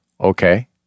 okay